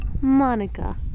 Monica